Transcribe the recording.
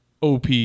OP